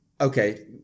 okay